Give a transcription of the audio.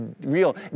real